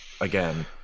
again